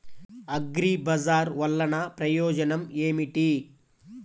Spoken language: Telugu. అగ్రిబజార్ వల్లన ప్రయోజనం ఏమిటీ?